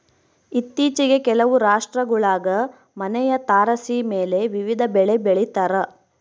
ಇತ್ತೀಚಿಗೆ ಕೆಲವು ರಾಷ್ಟ್ರಗುಳಾಗ ಮನೆಯ ತಾರಸಿಮೇಲೆ ವಿವಿಧ ಬೆಳೆ ಬೆಳಿತಾರ